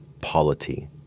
Polity